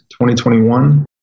2021